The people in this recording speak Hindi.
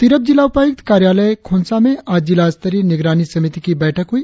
तिरप जिला उपायुक्त कार्यालय खोंसा में आज जिला स्तरीय निगरानी समिति की बैठक हुई